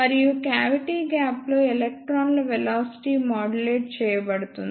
మరియు క్యావిటీ గ్యాప్లో ఎలక్ట్రాన్ల వెలాసిటీ మాడ్యులేట్ చేయబడుతుంది